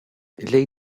lei